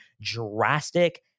drastic